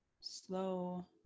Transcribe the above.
slow